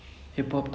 ya